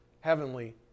heavenly